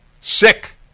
Sick